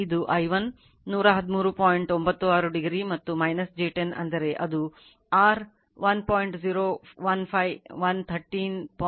96 degree ಮತ್ತು j 10 ಅಂದರೆ ಇದು R 1